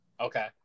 Okay